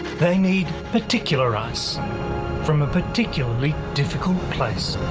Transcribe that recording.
they need particular ice from a particularly difficult place.